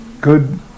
good